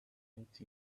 went